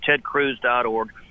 tedcruz.org